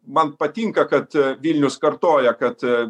man patinka kad vilnius kartoja kad